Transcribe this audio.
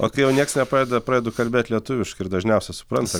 o kai jau nieks nepadeda pradedu kalbėt lietuviškai ir dažniausia supranta